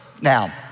Now